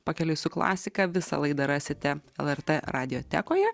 pakeliui su klasika visą laidą rasite lrt radiotekoje